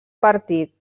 partit